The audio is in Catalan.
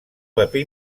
paper